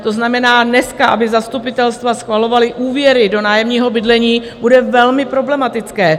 To znamená, dneska, aby zastupitelstva schvalovala úvěry do nájemního bydlení, bude velmi problematické.